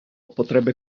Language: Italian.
potrebbe